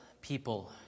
people